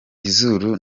izuru